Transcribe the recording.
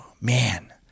man